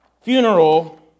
funeral